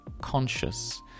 conscious